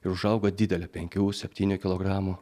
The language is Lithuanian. ir užauga didelė penkių septynių kilogramų